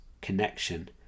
connection